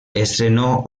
estrenó